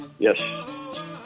Yes